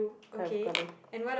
kind of colour